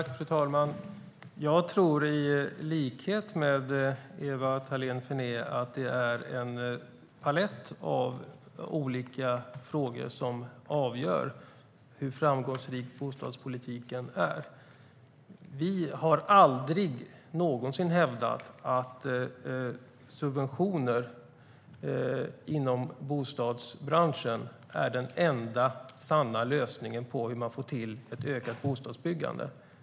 Fru talman! Jag tror i likhet med Ewa Thalén Finné att det är en palett av olika frågor som avgör hur framgångsrik bostadspolitiken är. Vi har aldrig någonsin hävdat att subventioner inom bostadsbranschen är den enda sanna lösningen på hur man får ett ökat bostadsbyggande.